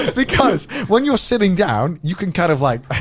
because when you're sitting down, you can kind of like,